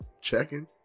checking